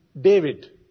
David